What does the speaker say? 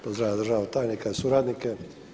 Pozdravljam državnog tajnika i suradnike.